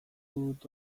dut